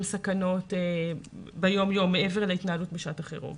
סכנות ביום יום מעבר להתנהלות בשעת החירום.